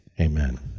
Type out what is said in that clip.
amen